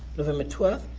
november twelfth,